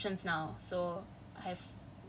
that that's the thing I said there's a lot of